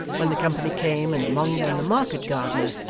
when the company came, and among them the market-gardener,